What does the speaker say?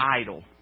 idle